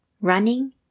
running